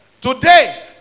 today